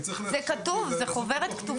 אני צריך להכשיר, לעשות תכניות.